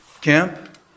camp